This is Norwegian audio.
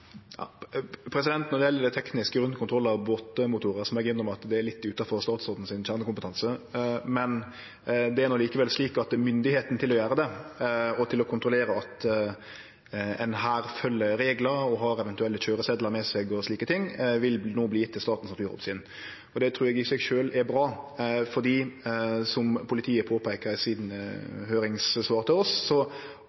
Når det gjeld det tekniske rundt kontrollar av båtmotorar, må eg innrømme at det er litt utanfor statsrådens kjernekompetanse. Men det er no likevel slik at myndigheita til å gjere det – og til å kontrollere at ein følgjer reglar og har eventuelle køyresetlar med seg og slike ting – vil no verte gjeve til Statens naturoppsyn. Det trur eg i seg sjølv er bra. For som politiet påpeika i